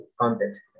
context